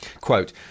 Quote